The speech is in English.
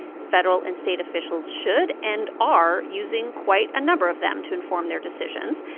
federal and state officials should and are using quite a number of them to inform their decisions.